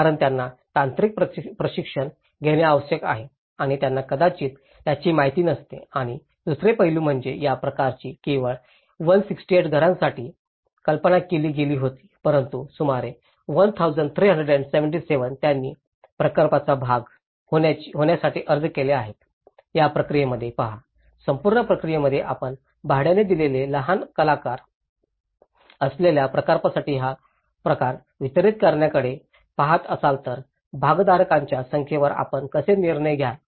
कारण त्यांना तांत्रिक प्रशिक्षण घेणे आवश्यक आहे आणि त्यांना कदाचित याची माहिती नसते आणि दुसरे पैलू म्हणजे या प्रकल्पाची केवळ 168 घरांसाठी कल्पना केली गेली होती परंतु सुमारे 1377 ज्यांनी प्रकल्पाचा भाग होण्यासाठी अर्ज केले आहेत या प्रक्रियेमध्ये पहा संपूर्ण प्रक्रियेमध्ये आपण भाड्याने दिलेले लहान कलाकार असलेल्या प्रकल्पासाठी हा प्रकार वितरित करण्याकडे पहात असाल तर भागधारकांच्या संख्येवर आपण कसे निर्णय घ्याल